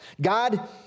God